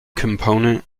component